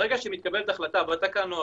ברגע שמתקבלת החלטה בתקנות,